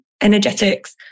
energetics